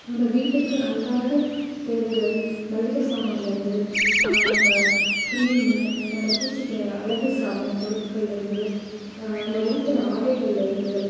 நம்ம வீட்டுக்கு அன்றாட தேவைகள் மளிகை சாமான்லிருந்து நம்ம க்ரீமு நம்ம பூசிக்கிற அழகுசாதன பொருட்களிலருந்து நம்ம உடுத்துகிற ஆடைகளிலருந்து